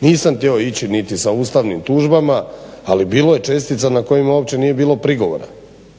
Nisam htio ići niti sa ustavnim tužbama, ali bilo je čestica na kojima uopće nije bilo prigovora.